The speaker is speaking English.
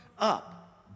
up